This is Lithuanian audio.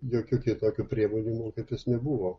jokių kitokių priemonių mokytis nebuvo